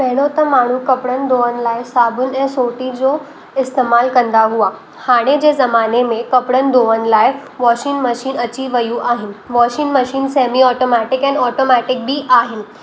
पहिरियों त माण्हू कपिड़नि धोअण लाइ साबुण ऐं सोटी जो इस्तेमालु कंदा हुआ हाणे जे ज़माने में कपिड़नि धोअण लाइ वॉशिंग मशीन अची वयूं आहिनि वॉशिंग मशीन सैमी ऑटोमैटिक आहिनि ऑटोमैटिक बि आहिनि